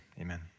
amen